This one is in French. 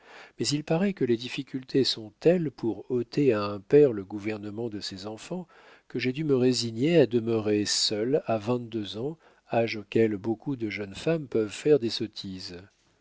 mais il paraît que les difficultés sont telles pour ôter à un père le gouvernement de ses enfants que j'ai dû me résigner à demeurer seule à vingt-deux ans âge auquel beaucoup de jeunes femmes peuvent faire des sottises